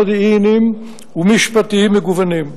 מודיעיניים ומשפטיים מגוונים.